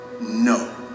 No